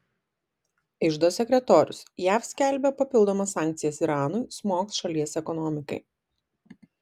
iždo sekretorius jav skelbia papildomas sankcijas iranui smogs šalies ekonomikai